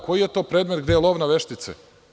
Koji je to predmet gde je lov na veštice?